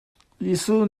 jesuh